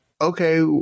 okay